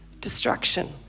destruction